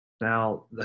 Now